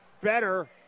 better